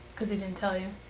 because he didn't tell you?